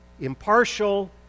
impartial